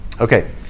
Okay